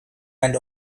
and